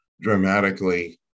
dramatically